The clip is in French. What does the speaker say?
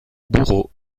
bourreau